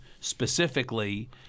specifically—